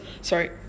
sorry